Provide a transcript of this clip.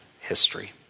history